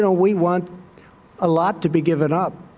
so we want a lot to be given up.